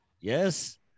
Yes